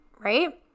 right